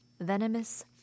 venomous